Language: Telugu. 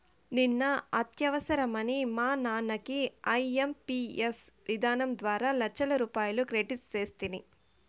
నిన్న అత్యవసరమని మా నాన్నకి ఐఎంపియస్ విధానం ద్వారా లచ్చరూపాయలు క్రెడిట్ సేస్తిని